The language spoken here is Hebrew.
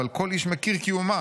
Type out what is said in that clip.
אבל כל איש מכיר קיומה,